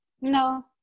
no